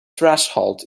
threshold